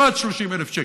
לא עד 30,000 שקל,